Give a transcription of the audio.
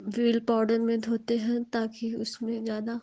we'll powder में धोते हैं ताकि उसमें ज़्यादा